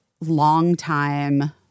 longtime